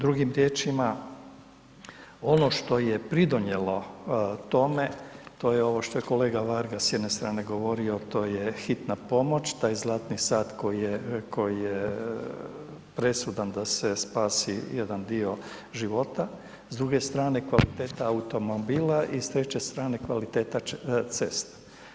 Drugim riječima ono što je pridonijelo tome to je ovo što je kolega Varga s jedne strane govorio to je hitna pomoć, taj zlatni sat koji je presudan da se spasi jedan dio života, s druge strane kvaliteta auto i s treće strane kvaliteta cesta.